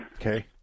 Okay